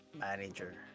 manager